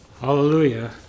Hallelujah